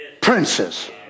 princes